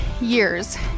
years